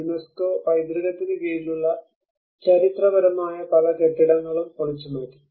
UNESCO പൈതൃകത്തിന് കീഴിലുള്ള ചരിത്രപരമായ പല കെട്ടിടങ്ങളും പൊളിച്ചുമാറ്റി